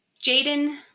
Jaden